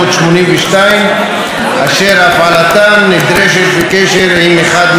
1982, אשר הפעלתם נדרשת בקשר עם אחד מאלה: